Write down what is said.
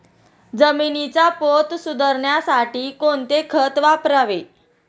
जमिनीचा पोत सुधारण्यासाठी कोणते खत वापरावे?